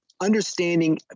understanding